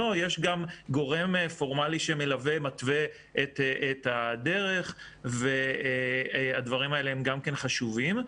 יש גם גורם פורמלי שמלווה ומתווה את הדרך והדברים האלה גם חשובים.